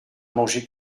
manger